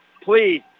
please